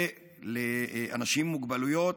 ולאנשים עם מוגבלויות,